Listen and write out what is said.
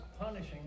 punishing